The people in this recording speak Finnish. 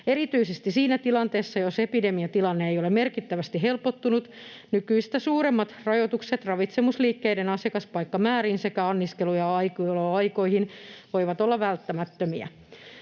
Erityisesti siinä tilanteessa, jos epidemiatilanne ei ole merkittävästi helpottunut, nykyistä suuremmat rajoitukset ravitsemusliikkeiden asiakaspaikkamääriin sekä anniskelu- ja aukioloaikoihin voivat olla välttämättömiä.